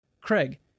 Craig